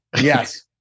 Yes